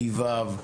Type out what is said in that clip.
לכיתות ה׳-ו׳,